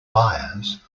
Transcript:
buyers